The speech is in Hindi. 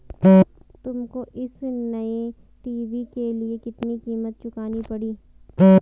तुमको इस नए टी.वी के लिए कितनी कीमत चुकानी पड़ी?